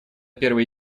первый